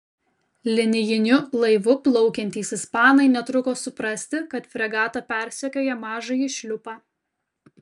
linijiniu laivu plaukiantys ispanai netruko suprasti kad fregata persekioja mažąjį šliupą